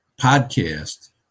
podcast